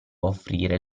offrire